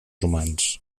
humans